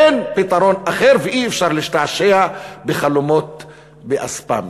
אין פתרון אחר ואי-אפשר להשתעשע בחלומות באספמיה.